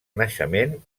naixement